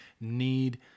need